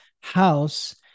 house